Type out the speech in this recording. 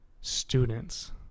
students